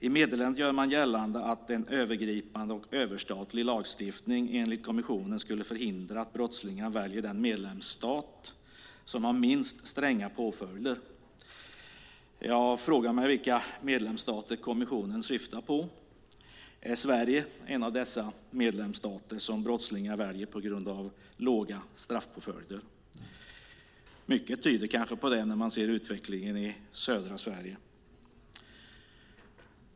I meddelandet gör man gällande att en övergripande och överstatlig lagstiftning skulle förhindra att brottslingar väljer den medlemsstat som har minst stränga påföljder. Jag frågar mig vilka medlemsstater kommissionen syftar på. Är Sverige en av dessa medlemsstater som brottslingar väljer på grund av låga straffpåföljder? Mycket tyder på det när man ser utvecklingen i södra Sverige.